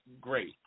great